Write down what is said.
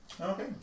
Okay